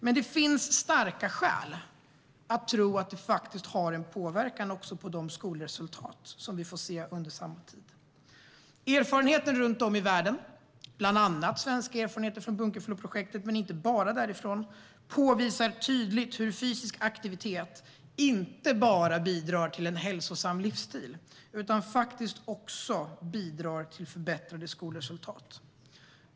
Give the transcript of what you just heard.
Men det finns starka skäl att tro att det faktiskt har en påverkan också på de skolresultat vi ser under samma tid. Erfarenheten runt om i världen, bland annat svenska erfarenheter från Bunkefloprojektet men inte bara därifrån, påvisar tydligt hur fysisk aktivitet inte bara bidrar till en hälsosam livsstil utan också bidrar till förbättrade skolresultat.